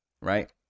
right